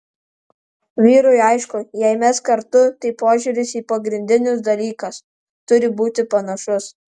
vyrui aišku jei mes kartu tai požiūris į pagrindinius dalykas turi būti panašus